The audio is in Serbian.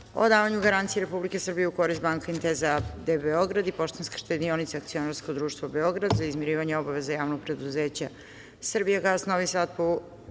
o davanju garancije Republike Srbije u korist Banca Intesa AD Beograd i Banke Poštanska štedionica akcionarsko društvo Beograd za izmirivanje obaveza Javnog preduzeća „Srbijagas“ Novi Sad, po